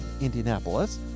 Indianapolis